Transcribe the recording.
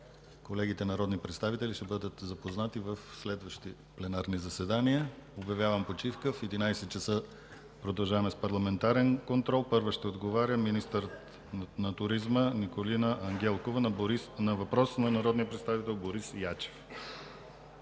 колегите народни представители ще бъдат запознати в следващи пленарни заседания. Обявявам почивка. В 11,00 ч. продължаваме с парламентарен контрол. Първа ще отговаря министърът на туризма Николина Ангелкова на въпрос на народния представител Борис Ячев.